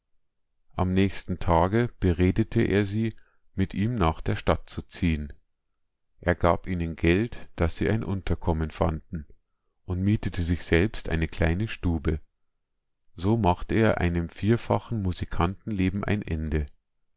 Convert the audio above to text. am nächsten tage beredete er sie mit ihm nach der stadt zu ziehen er gab ihnen geld daß sie ein unterkommen fanden und mietete sich selbst eine kleine stube so machte er einem vierfachen musikantenleben ein ende